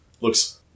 looks